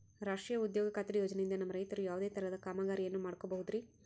ರಾಷ್ಟ್ರೇಯ ಉದ್ಯೋಗ ಖಾತ್ರಿ ಯೋಜನೆಯಿಂದ ನಮ್ಮ ರೈತರು ಯಾವುದೇ ತರಹದ ಕಾಮಗಾರಿಯನ್ನು ಮಾಡ್ಕೋಬಹುದ್ರಿ?